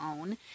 own